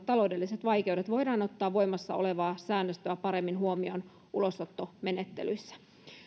taloudelliset vaikeudet voidaan ottaa voimassa olevaa säännöstöä paremmin huomioon ulosottomenettelyissä